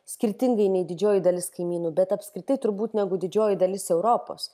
skirtingai nei didžioji dalis kaimynų bet apskritai turbūt negu didžioji dalis europos